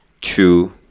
Two